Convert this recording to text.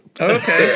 okay